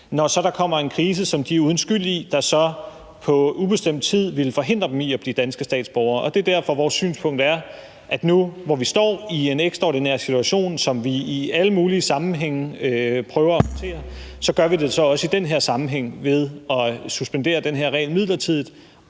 Når der så kommer en krise, som de er uden skyld i, og som så på ubestemt tid ville forhindre dem i at blive danske statsborgere, er det derfor vores synspunkt, at nu, hvor vi står i en ekstraordinær situation, som vi i alle mulige sammenhænge prøver at håndtere, så gør vi det også i den her sammenhæng ved at suspendere den her regel midlertidigt.